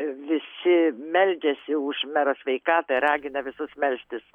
visi meldžiasi už mero sveikatą ragina visus melstis